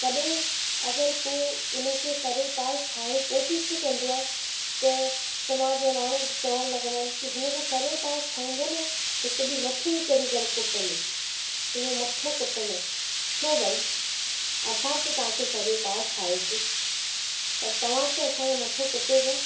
कॾहिं अगरि को उन खे सर जो ताज ठाहिण जी कोशिश बि कंदो आहे त समाज जा माण्हू चवणु लॻंदा आहिनि कि हिन खे सर जो ताज ठाहींदे न हिकु ॾींहुं मथे ते चढ़ी करे कुटंदई तुंहिंजो मथो कुटंदई छो भई असां बि त तव्हां खे सर जो ताज ठाहियोसीं पर तव्हां बि त असांजो मथो कुटो पिया